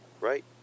Right